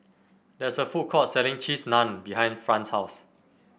there is a food court selling Cheese Naan behind Fran's house